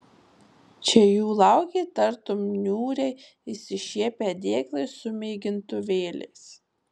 čia jų laukė tartum niūriai išsišiepę dėklai su mėgintuvėliais